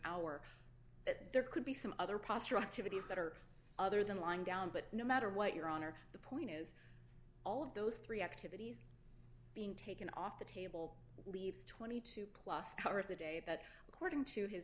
that there could be some other postural activities that are other than lying down but no matter what your honor the point is all of those three activities being taken off the table leaves twenty two plus hours a day that according to his